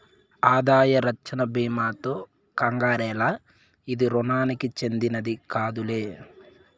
ఆదాయ రచ్చన బీమాతో కంగారేల, ఇది రుణానికి చెందినది కాదులే